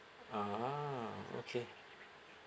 ah okay